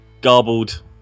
garbled